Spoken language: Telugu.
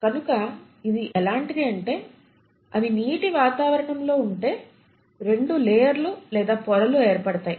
కనుక ఇది ఎలాంటిది అంటే అవి నీటి వాతావరణం లో ఉంటే రెండు లేయర్లు లేదా పొరలు ఏర్పడతాయి